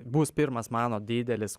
bus pirmas mano didelis